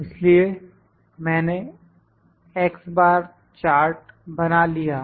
इसलिए मैंने x bar chart बना लिया है